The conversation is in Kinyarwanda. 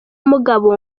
mugabo